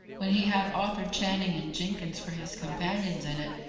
when he had arthur channing and jenkins for his companions in it,